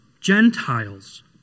Gentiles